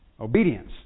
Obedience